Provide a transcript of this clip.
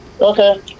Okay